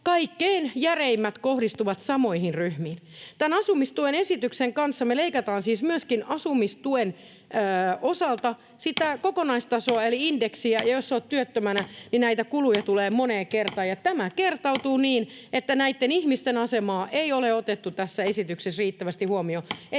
kaikkein järeimmät kohdistuvat samoihin ryhmiin. Tämän asumistuen esityksen kanssa me leikkaamme siis myöskin asumistuen osalta sitä kokonaistasoa eli indeksiä. Jos olet työttömänä, niin näitä kuluja tulee moneen kertaan ja tämä kertautuu niin, että näitten ihmisten asemaa ei ole otettu tässä esityksessä riittävästi huomioon.